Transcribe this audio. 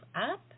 up